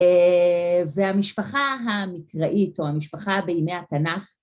והמשפחה המקראית או המשפחה בימי התנ״ך